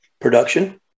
production